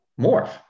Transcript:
Morph